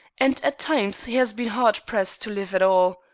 and at times he has been hard pressed to live at all.